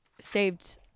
saved